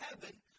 heaven